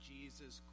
Jesus